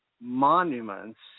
monuments